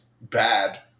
bad